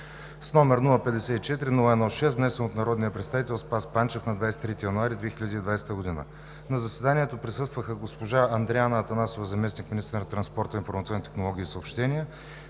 № 054-01-6, внесен от народния представител Спас Панчев на 23 януари 2020 г. На заседанието присъстваха: госпожа Андреана Атанасова – заместник-министър на транспорта, информационните технологии и съобщенията,